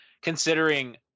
considering